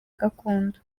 gakondo